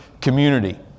community